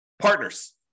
Partners